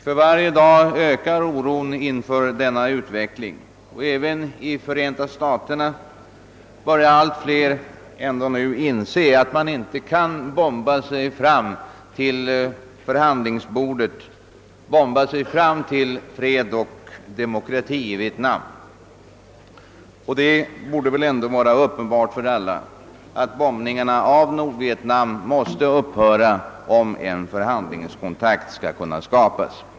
För varje dag ökar oron inför denna utveckling, och även i Förenta staterna börjar allt fler nu inse att man inte kan bomba sig fram till förhandlingsbordet, bomba sig fram till fred och demokrati i Vietnam, Det borde vara uppenbart för alla att bombningarna i Nordvietnam måste upphöra om en förhandlingskontakt skall kunna skapas.